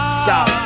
stop